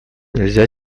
нельзя